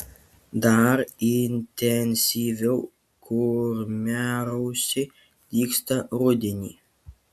dar intensyviau kurmiarausiai dygsta rudenį